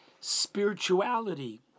spirituality